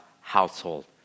household